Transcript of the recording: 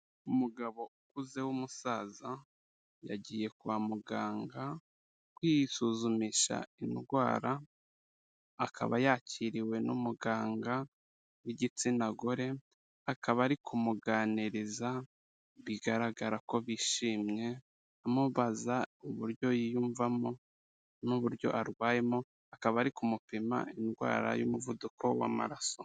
Umugabo ukuze w'umusaza yagiye kwa muganga, kwisuzumisha indwara, akaba yakiriwe n'umuganga w'igitsina gore, akaba ari kumuganiriza bigaragara ko bishimye, amubaza uburyo yiyumvamo n'uburyo arwayemo, akaba ari kumupima indwara y'umuvuduko w'amaraso.